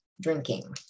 drinking